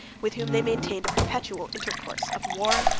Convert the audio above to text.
with whom they maintained a perpetual intercourse, of war,